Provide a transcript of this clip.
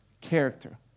character